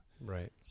Right